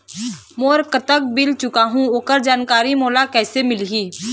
मोर कतक बिल चुकाहां ओकर जानकारी मोला कैसे मिलही?